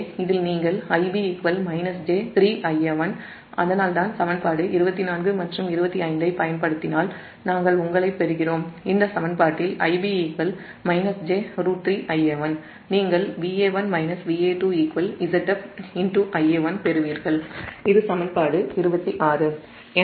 எனவே இதில் நீங்கள் Ib j √3 Ia1 அதனால்தான் சமன்பாடு 24 மற்றும் 25 ஐப் பயன்படுத்தினால் நாம் இந்த சமன்பாட்டில் Ib j √3 Ia1 பெறுகிறோம் அதாவது நீங்கள் Va1- Va2 Zf Ia1 பெறுவீர்கள் இது சமன்பாடு 26